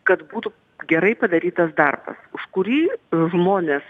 kad būtų gerai padarytas darbas už kurį žmonės